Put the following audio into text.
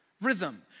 rhythm